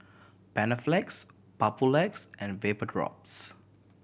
Panaflex Papulex and Vapodrops